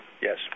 Yes